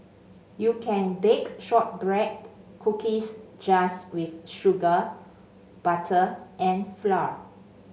you can bake shortbread cookies just with sugar butter and flour